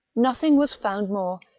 nothing was found more,